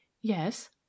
Yes